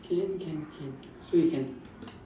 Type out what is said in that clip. can can can so you can